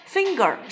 Finger